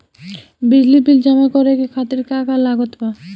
बिजली बिल जमा करे खातिर का का लागत बा?